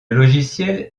logiciel